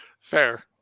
Fair